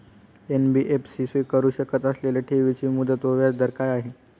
NBFC स्वीकारु शकत असलेल्या ठेवीची मुदत व व्याजदर काय आहे?